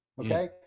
okay